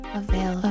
available